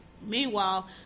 meanwhile